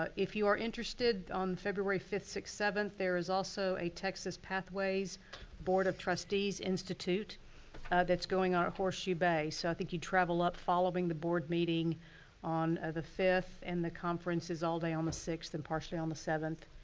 ah if you're interested on february fifth, sixth, seventh there is also a texas pathways board of trustees institute that's going on a horseshoe bay. so i think you travel up following the board meeting on ah the fifth and the conference is all there on the sixth and partially on the seventh.